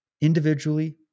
individually